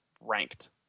ranked